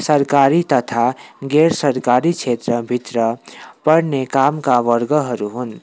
सरकारी तथा गैर सरकारी क्षेत्र भित्र पर्ने कामका वर्गहरू हुन्